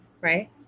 right